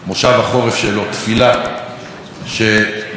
תפילה שבתום המושב הזה,